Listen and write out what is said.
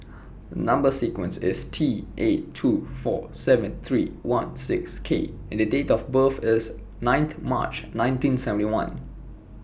Number sequence IS T eight two four seven three one six K and Date of birth IS ninth March nineteen seventy one